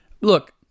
look